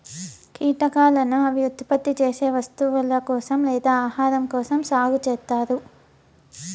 కీటకాలను అవి ఉత్పత్తి చేసే వస్తువుల కోసం లేదా ఆహారం కోసం సాగు చేత్తారు